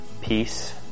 peace